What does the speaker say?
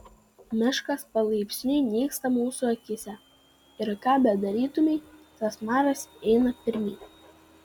miškas palaipsniui nyksta mūsų akyse ir ką bedarytumei tas maras eina pirmyn